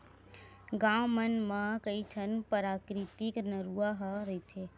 गाँव मन म कइठन पराकिरितिक नरूवा ह रहिथे